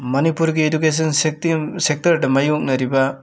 ꯃꯅꯤꯄꯨꯔꯒꯤ ꯏꯗꯨꯀꯦꯁꯟ ꯁꯦꯛꯇꯔꯗ ꯃꯥꯏꯌꯣꯛꯅꯔꯤꯕ